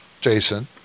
Jason